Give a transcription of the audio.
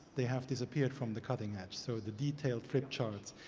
they have disappeared from the cutting edge, so the detailed flipcharts,